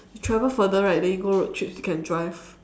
you travel further right then you go road trips you can drive